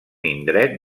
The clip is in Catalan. indret